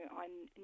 on